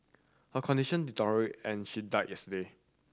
her condition deteriorated and she died yesterday